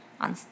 On